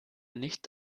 nicht